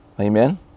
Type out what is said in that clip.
Amen